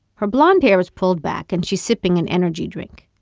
her blond hair is pulled back, and she's sipping an en ergy drink.